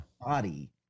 body